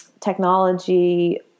technology